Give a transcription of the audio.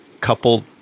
coupled